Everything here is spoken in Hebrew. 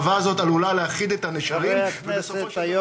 חברי הכנסת,